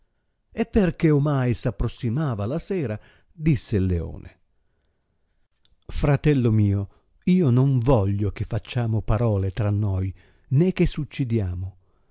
e perchè omai s'approssimava la sera disse il leone fratello mio io non voglio che facciamo parole tra noi né che s'uccidiamo